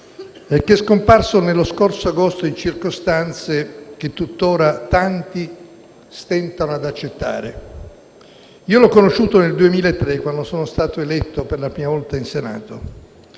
che è scomparso nello scorso agosto in circostanze che tuttora tanti stentano ad accettare. Io l'ho conosciuto nel 2003, quando sono stato eletto per la prima volta in Senato,